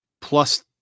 Plus